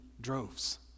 droves